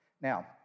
Now